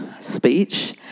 speech